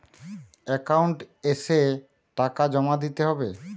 Account এসে টাকা জমা দিতে হবে?